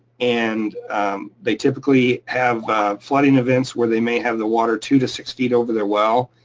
and they typically have flooding events where they may have the water two to six feet over their well.